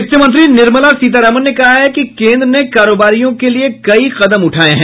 वित्तमंत्री निर्मला सीतारामन ने कहा है कि केंद्र ने कारोबारियों के लिए कई कदम उठाये हैं